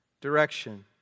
direction